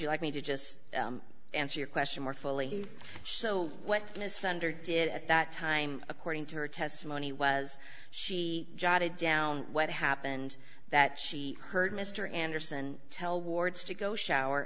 you like me to just answer your question more fully so what in asunder did at that time according to her testimony was she jotted down what happened that she heard mr anderson tell wards to go shower